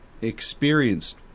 experienced